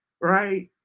right